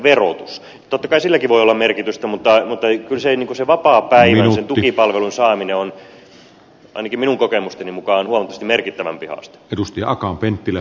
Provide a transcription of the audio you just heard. totta kai silläkin voi olla merkitystä mutta kyllä sen vapaapäivän ja sen tukipalvelun saaminen on ainakin minun kokemusteni mukaan huomattavasti merkittävämpi haaste